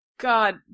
God